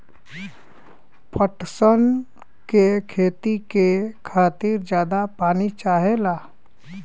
पटसन के खेती के खातिर जादा पानी चाहला